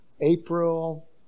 April